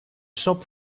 shop